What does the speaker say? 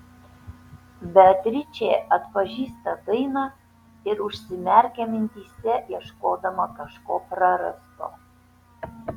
beatričė atpažįsta dainą ir užsimerkia mintyse ieškodama kažko prarasto